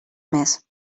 més